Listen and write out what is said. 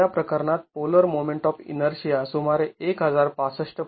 या प्रकरणात polar moment of inertia सुमारे १०६५